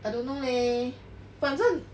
I don't know leh 反正